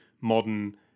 modern